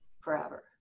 forever